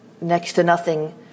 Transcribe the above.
next-to-nothing